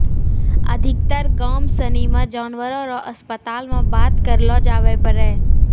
अधिकतर गाम सनी मे जानवर रो अस्पताल मे बात करलो जावै पारै